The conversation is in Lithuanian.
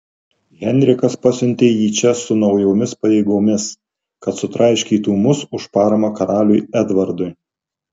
henrikas pasiuntė jį čia su naujomis pajėgomis kad sutraiškytų mus už paramą karaliui edvardui